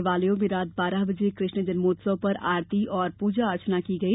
देवालयों में रात बारह बजे कृष्ण जन्मोत्सव पर आरती और पूजा अर्चना की गई